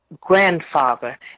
grandfather